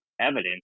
evidence